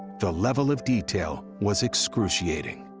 the level of detail was excruciating.